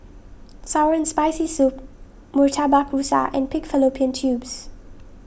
Sour and Spicy Soup Murtabak Rusa and Pig Fallopian Tubes